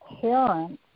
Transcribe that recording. parents